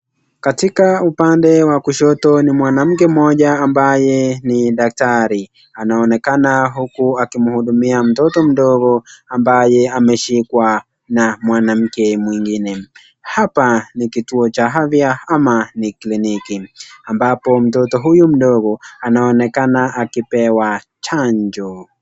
Katika upande wa kushoto Kuna mwanamke ambaye ni daktari , anaonekana kuwa akihudumia mtoto mdogo ambaye ameshikwa na mwanamke mwingine hapa ni kituo cha afya ama ni kliniki ambapo mtoto huyu mdogo anaonekana akipewa chanjo